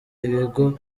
ibigo